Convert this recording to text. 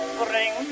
bring